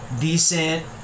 decent